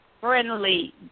friendly